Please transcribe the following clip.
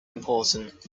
important